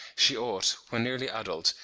she ought, when nearly adult,